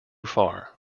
far